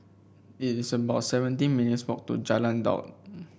it is about seventeen minutes' walk to Jalan Daud